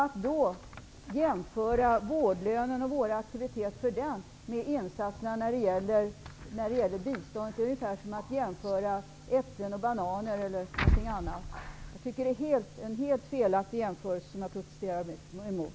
Att jämföra vårdlönen och våra aktiviteter för den med insatser som gäller biståndet är ungefär som att jämföra äpplen och bananer. Det är en jämförelse som jag protesterar mot.